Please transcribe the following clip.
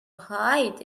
hide